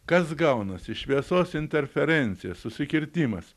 kas gaunasi šviesos interferencija susikirtimas